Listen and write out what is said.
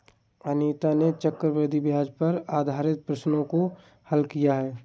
अनीता ने चक्रवृद्धि ब्याज पर आधारित प्रश्नों को हल किया